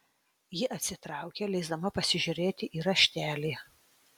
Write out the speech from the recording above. ji atsitraukė leisdama pasižiūrėti į raštelį